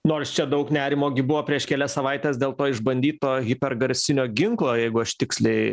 nors čia daug nerimo gi buvo prieš kelias savaites dėl to išbandyto hiper garsinio ginklo jeigu aš tiksliai